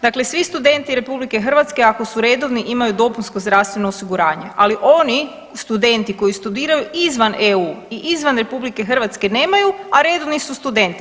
Dakle, svi studenti RH ako su redovni imaju dopunsko zdravstveno osiguranje, ali oni studenti koji studiraju izvan EU i izvan RH nemaju, a redovni su studenti.